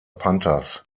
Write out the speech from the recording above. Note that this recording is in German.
panthers